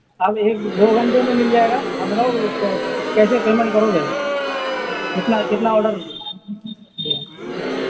اب ایک دو گھنٹوں میں مِل جائے گا اب بتاؤ کیسے پیمنٹ کرو گے کتنا کتنا آڈر